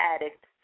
addict